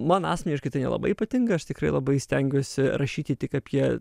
man asmeniškai tai nelabai patinka aš tikrai labai stengiuosi rašyti tik apie